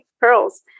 pearls